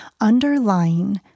underlying